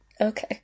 Okay